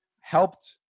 helped